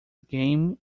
game